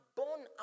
born